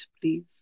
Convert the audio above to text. please